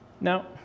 Now